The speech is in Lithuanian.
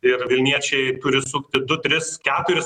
ir vilniečiai kuris turi sukti du tris keturis